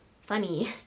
funny